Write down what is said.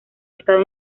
estado